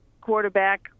quarterback